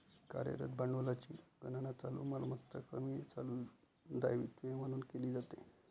कार्यरत भांडवलाची गणना चालू मालमत्ता कमी चालू दायित्वे म्हणून केली जाते